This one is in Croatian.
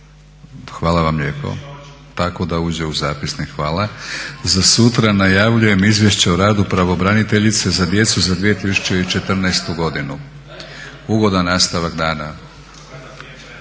Hvala vam lijepo. Tako da uđe u zapisnik, hvala. Za sutra najavljujem izvješće o radu pravobraniteljice za djecu za 2014.godinu. Ugodan nastavak dana.